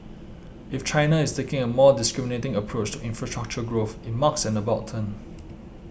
if China is taking a more discriminating approach to infrastructure growth it marks an about turn